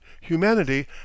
humanity